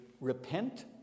repent